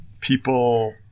people